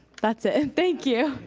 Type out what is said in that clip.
that's it, thank you.